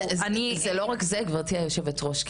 זה לא רק זה, גברתי יושבת הראש.